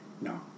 No